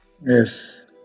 yes